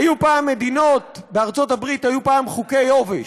היו פעם מדינות בארצות-הברית היו פעם חוקי יובש,